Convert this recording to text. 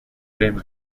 время